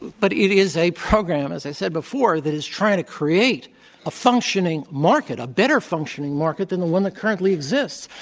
but it is a program, as i said before, that is trying to create a functioning market, a better functioning market than the one that currently exists.